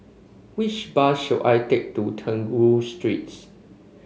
which bus should I take to Trengganu Streets